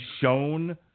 shown